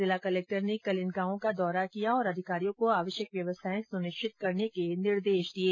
जिला कलेक्टर ने कल इन गांवों का दौरा किया और अधिकारियों को आवश्यक व्यवस्थाएं सुनिश्चित करने के निर्देश दिये